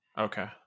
Okay